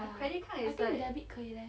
ya I think debit 可以 leh